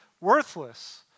worthless